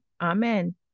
Amen